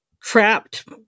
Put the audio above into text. trapped